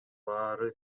баары